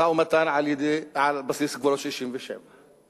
משא-ומתן על בסיס גבולות 67';